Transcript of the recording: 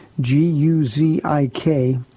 G-U-Z-I-K